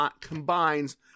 combines